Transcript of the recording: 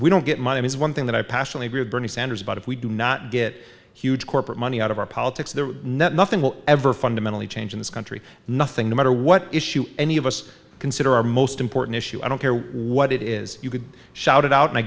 we don't get money is one thing that i passionately bernie sanders about if we do not get huge corporate money out of our politics the net nothing will ever fundamentally change in this country nothing no matter what issue any of us consider our most important issue i don't care what it is you can shout it out and i